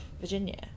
Virginia